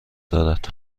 دارد